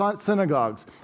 synagogues